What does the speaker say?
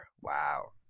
Wow